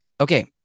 Okay